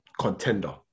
contender